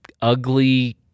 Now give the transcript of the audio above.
ugly